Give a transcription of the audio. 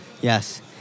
yes